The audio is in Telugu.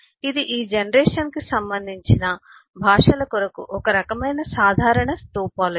ఇది ఈ జనరేషన్ కి సంబంధించిన భాషల కొరకు ఒక రకమైన సాధారణ టోపోలాజీ